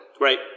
right